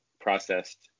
processed